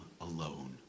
alone